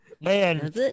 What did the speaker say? man